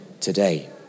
today